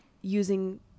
using